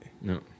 No